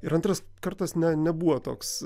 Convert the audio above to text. ir antras kartas ne nebuvo toks